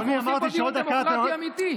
אנחנו עושים פה דיון דמוקרטי אמיתי.